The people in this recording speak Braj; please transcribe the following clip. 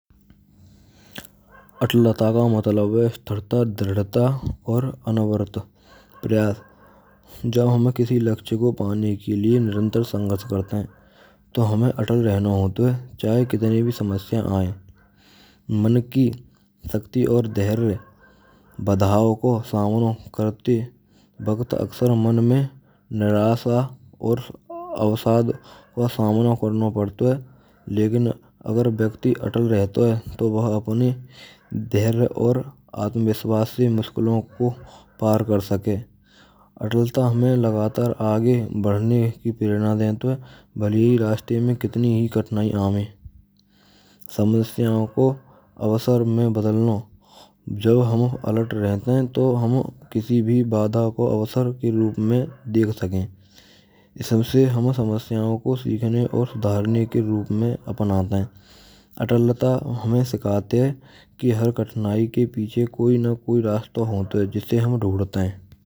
Atlata ka matlab h stharta dhradta aur anavarta prayas. Jab hame kisi lakshya ko pane ke liye niyatrat sangharsh krte h to hame atal rhno hot h chahe kitni bhi samasya aye. Man ki shakti aur dharya badhao ko samna krti waqt aksar mn main nirasha aur avsad ka samna krna pdto h lekin agar vyakti atal rhto h to vha apne dharya aur atmavishwas se mushkilo ko par kar sake. Atlata hme lagatar age badhne ki prerno deto h bhale hi raste ma kitni bhi kathinayi ave. Samasyao ko avsar ma bdalno jab hum alat rhte h to hum kisi bhi badha ko avsar ke roop ma dekh saken. In sabse hum samasyao ko sikhne aur sudharne ke roop m apnate. Atlata hame sikhate h ki har kathnayi ke piche koi na koi rasta hot h jise hum dhundte.